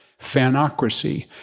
Fanocracy